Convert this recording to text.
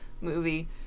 movie